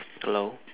hello